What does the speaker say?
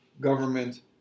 government